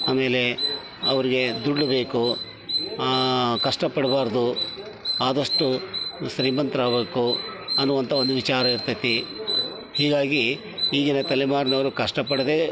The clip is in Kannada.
ಆಮೇಲೆ ಅವ್ರಿಗೆ ದುಡ್ಡು ಬೇಕು ಕಷ್ಟಪಡಬಾರ್ದು ಆದಷ್ಟು ಶ್ರೀಮಂತರಾಗ್ಬೇಕು ಅನ್ನುವಂತ ಒಂದು ವಿಚಾರ ಇರ್ತೈತೆ ಹೀಗಾಗಿ ಈಗಿನ ತಲೆಮಾರಿನವ್ರು ಕಷ್ಟಪಡದೆ